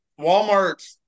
Walmart